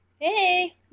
Hey